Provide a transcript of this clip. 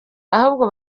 ahubwo